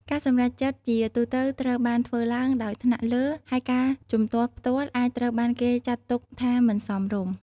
ការសម្រេចចិត្តជាទូទៅត្រូវបានធ្វើឡើងដោយថ្នាក់លើ ហើយការជំទាស់ផ្ទាល់អាចត្រូវបានគេចាត់ទុកថាមិនសមរម្យ។